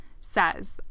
says